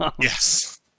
Yes